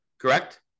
Correct